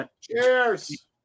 Cheers